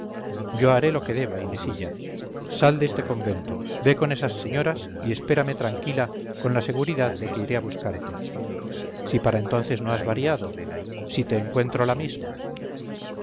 yo haré lo que deba inesilla sal de este convento ve con esas señoras y espérame tranquila con la seguridad de que iré a buscarte si para entonces no has variado si te encuentro la misma